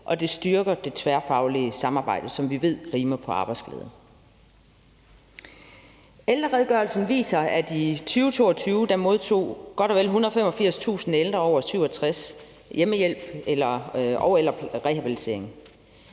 og det styrker det tværfaglige samarbejde, som vi ved rimer på arbejdsglæde. Ældreredegørelsen viser, at godt og vel 185.000 ældre over 67 år i 2022 modtog hjemmehjælp og/eller rehabilitering. Det